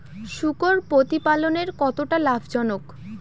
শূকর প্রতিপালনের কতটা লাভজনক?